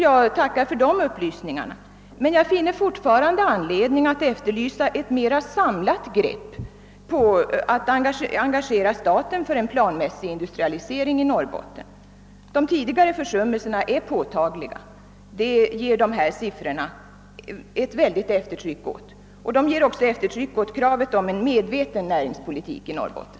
Jag tackar för den upplysningen, men jag finner fortfarande anledning att efterlysa ett mera samlat grepp för att engagera staten för en planmässig industrilokalisering i Norrbotten. De tidigare försummelserna är påtagliga — det ger de här siffrorna eftertryck åt, och de ger också eftertryck åt kravet på en medveten näringspolitik i Norrbotten.